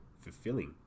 fulfilling